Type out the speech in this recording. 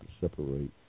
separate